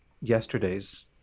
yesterday's